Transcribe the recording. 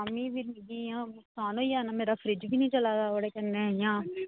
इ'यां मेरा सब किश खराब होई आना मेरा फ्रिज बी नीं चलादा इ'यां